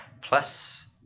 Plus